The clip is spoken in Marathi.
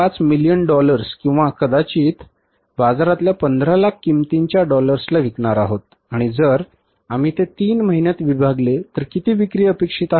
5 million डॉलर्स किंवा कदाचित बाजारातल्या 15 लाख किमतीच्या डॉलर्सला विकणार आहोत आणि जर आम्ही ते 3 महिन्यांत विभागले तर किती विक्री अपेक्षित आहे